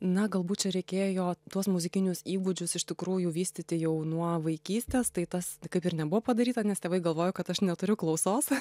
na galbūt čia reikėjo tuos muzikinius įgūdžius iš tikrųjų vystyti jau nuo vaikystės tai tas kaip ir nebuvo padaryta nes tėvai galvojo kad aš neturiu klausos